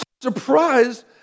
surprised